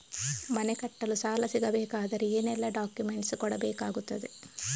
ಮನೆ ಕಟ್ಟಲು ಸಾಲ ಸಿಗಬೇಕಾದರೆ ಏನೆಲ್ಲಾ ಡಾಕ್ಯುಮೆಂಟ್ಸ್ ಕೊಡಬೇಕಾಗುತ್ತದೆ?